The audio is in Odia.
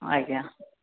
ଆଜ୍ଞା